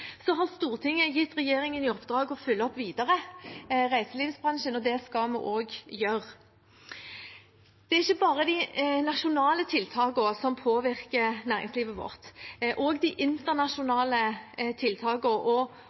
har gitt regjeringen i oppdrag å følge opp reiselivsbransjen videre, og det skal vi gjøre. Det er ikke bare de nasjonale tiltakene som påvirker næringslivet vårt. Også de internasjonale tiltakene og